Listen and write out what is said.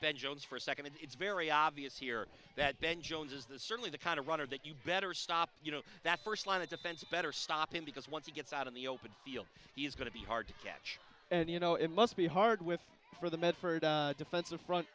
ben jones for a second and it's very obvious here that ben jones is the certainly the kind of runner that you better stop you know that first line of defense better stopping because once he gets out on the open field he is going to be hard to catch and you know it must be hard with for the medford defensive front